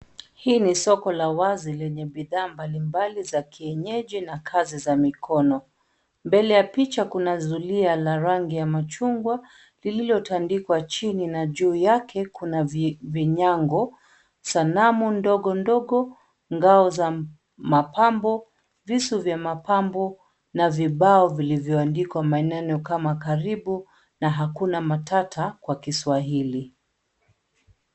Hii ni soko la wazi lenye bidhaa mbali mbali za kienyeji na kazi za mikono, mbele ya picha kuna zulia la rangi ya machungwa, lililotandikwa chini na juu yake kuna vinyago, sanamu ndogo ndogo, ngao za, mapambo, visu vya mapambo, na vibao vilivyoandikwa maneno kama karibu, na hakuna matata kwa Kiswahili.